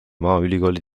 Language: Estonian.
maaülikooli